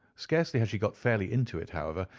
scarcely had she got fairly into it, however,